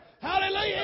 Hallelujah